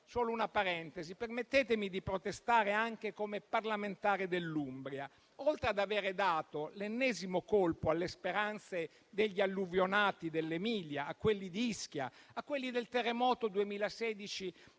solo una parentesi: permettetemi di protestare, anche come parlamentare dell'Umbria. Oltre ad aver dato l'ennesimo colpo alle speranze degli alluvionati dell'Emilia, a quelli di Ischia e a quelli del terremoto 2016,